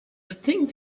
think